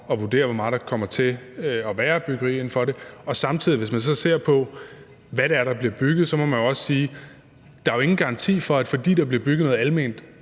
at vurdere, hvor meget der kommer til at være af byggeri som følge af den. Hvis man så samtidig ser på, hvad det er, der bliver bygget, så må man jo også sige, at der ingen garanti er for, at fordi der bliver bygget noget alment,